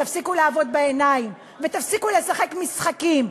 תפסיקו לעבוד בעיניים ותפסיקו לשחק משחקים,